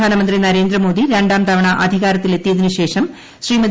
പ്രധാനമന്ത്രി നരേന്ദ്രമോദി രണ്ടാംതവണ അധികാരത്തിലെത്തിയതിന് ശേഷം ശ്രീമതി